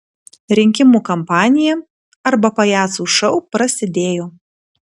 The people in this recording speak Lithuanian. rinkimų kampanija arba pajacų šou prasidėjo